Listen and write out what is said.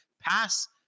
pass